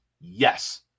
Yes